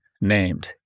named